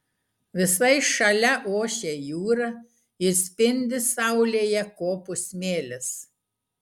visai šalia ošia jūra ir spindi saulėje kopų smėlis